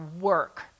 work